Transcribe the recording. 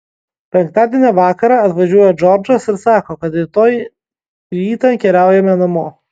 penktadienio vakarą atvažiuoja džordžas ir sako kad rytoj rytą keliaujame namo